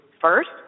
first